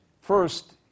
First